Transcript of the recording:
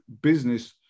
business